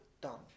done